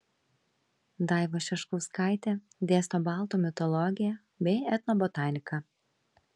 daiva šeškauskaitė dėsto baltų mitologiją bei etnobotaniką